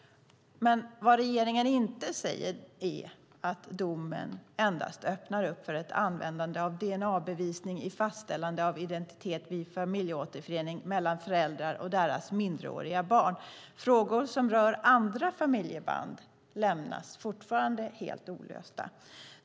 Vad regeringen dock inte säger är att domen endast öppnar för ett användande av dna-bevisning i fastställande av identitet vid familjeåterförening mellan föräldrar och deras minderåriga barn. Frågor som rör andra familjeband lämnas fortfarande helt olösta.